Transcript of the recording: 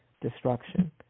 destruction